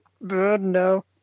no